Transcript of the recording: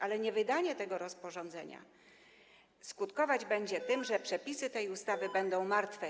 Ale niewydanie tego rozporządzenia skutkować będzie tym, że przepisy tej ustawy będą martwe.